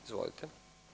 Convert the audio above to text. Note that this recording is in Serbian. Izvolite.